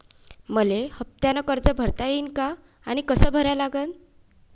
मले हफ्त्यानं कर्ज भरता येईन का आनी कस भरा लागन?